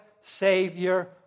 Savior